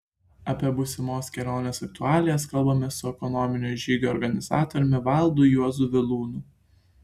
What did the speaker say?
apie būsimos kelionės aktualijas kalbamės su ekonominio žygio organizatoriumi valdu juozu vilūnu